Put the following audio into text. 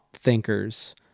thinkers